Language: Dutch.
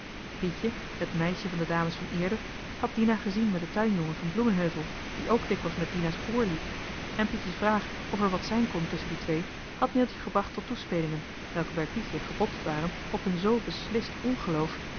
pietje het meisje van de dames van eerde had dina gezien met den tuinjongen van bloemenheuvel die ook dikwijls met dina's broer liep en pietje's vraag of er wat zijn kon tusschen die twee had neeltje gebracht tot toespelingen welke bij pietje gebotst waren op een zoo beslist ongeloof